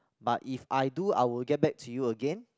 but if I do I will get back to you again